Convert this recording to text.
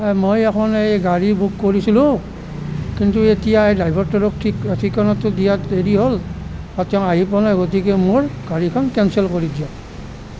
এই মই এখন এই গাড়ী বুক কৰিছিলোঁ কিন্তু এতিয়া এই ড্ৰাইভাৰটোক ঠিক ঠিকনাটো দিয়াত দেৰি হ'ল আৰু তেওঁ আহি পোৱা নাই গতিকে মোৰ গাড়ীখন কেনচেল কৰি দিয়ক